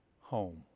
home